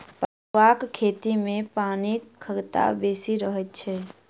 पटुआक खेती मे पानिक खगता बेसी रहैत छै